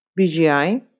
BGI